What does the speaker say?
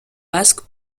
basque